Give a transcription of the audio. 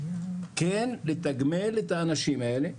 כן לתגמל את האנשים האלה,